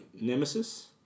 Nemesis